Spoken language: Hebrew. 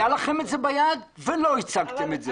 היה לכם את זה ביד ולא הצגתם את זה.